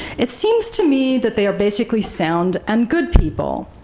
it seems to me that they are basically sound and good people,